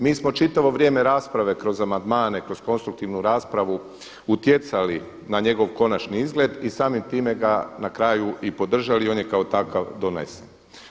Mi smo čitavo vrijeme rasprave kroz amandmane, kroz konstruktivnu raspravu utjecali na njegov konačni izgled i samim time ga na kraju i podržali i on je kao takav donesen.